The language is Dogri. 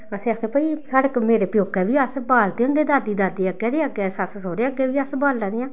असें आखेआ भाई साढ़े मेरे प्योकै बी अस बालदे होंदे हे अस दादी दादे अग्गें ते अग्गें सस्स सौह्रे अग्गें बी अस बाला दे आं